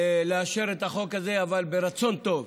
לאשר את החוק הזה, אבל ברצון טוב